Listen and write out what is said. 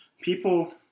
people